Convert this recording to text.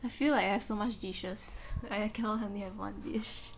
I feel like I have so much dishes I cannot only have one dish